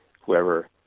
whoever